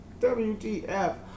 WTF